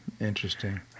Interesting